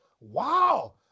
wow